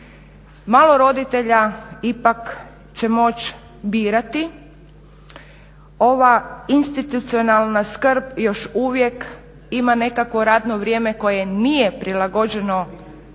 Malo roditelja ipak će moći birati. Ova institucionalna skrb još uvijek ima nekakvo radno vrijeme koje nije prilagođeno tržištu